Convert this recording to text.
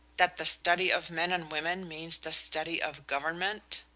that the study of men and women means the study of government,